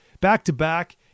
back-to-back